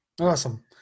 Awesome